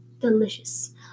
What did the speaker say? delicious